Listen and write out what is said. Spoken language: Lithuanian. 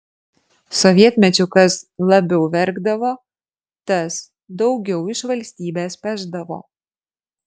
sovietmečiu kas labiau verkdavo tas daugiau iš valstybės pešdavo